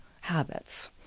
habits